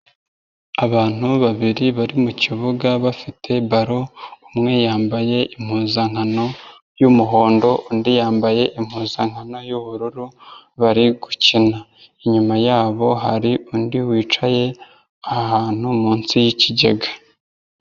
Abantu babiri bari mukibuga bafite baro umwe yambaye impuzankano y'umuhondo undi yambaye impuzankano y'ubururu bari gukina, inyuma yabo hari undi wicaye ahantu munsi y'ikigega.